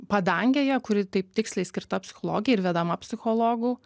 padangėje kuri taip tiksliai skirta psichologijai ir vedama psichologų